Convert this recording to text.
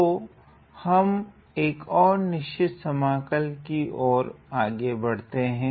तो हम एक और निश्चित समाकल कि ओर आगे बढ़ते हें